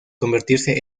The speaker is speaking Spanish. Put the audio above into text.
convertirse